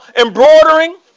Embroidering